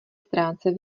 stránce